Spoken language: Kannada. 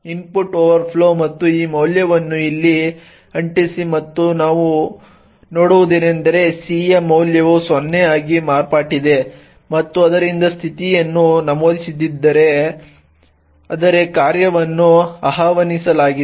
ಇನ್ಪುಟ್ ಓವರ್ಫ್ಲೋ ಮತ್ತು ಈ ಮೌಲ್ಯವನ್ನು ಇಲ್ಲಿ ಅಂಟಿಸಿ ಮತ್ತು ನಾವು ನೋಡುವುದೇನೆಂದರೆ c ಯ ಮೌಲ್ಯವು 0 ಆಗಿ ಮಾರ್ಪಟ್ಟಿದೆ ಮತ್ತು ಆದ್ದರಿಂದ ಸ್ಥಿತಿಯನ್ನು ನಮೂದಿಸದಿದ್ದರೆ ಆದರೆ ಕಾರ್ಯವನ್ನು ಆಹ್ವಾನಿಸಲಾಗಿದೆ